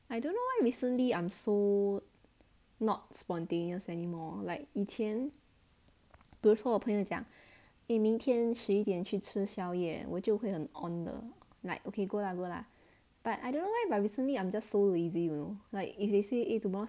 I don't know why recently I'm so not spontaneous anymore like 以前比如说我朋友讲 eh 明天十一点去吃宵夜我就会很 on 的 like okay go lah go lah but I don't know why but recently I'm just so lazy you know like if they say eh tomorrow